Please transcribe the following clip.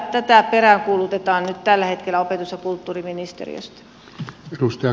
tätä peräänkuulutetaan nyt tällä hetkellä opetus ja kulttuuriministeriöstä